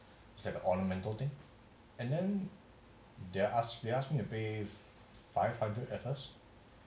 it's like a ornamental thing and then they're they ask me to pay five hundred at first